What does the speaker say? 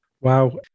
Wow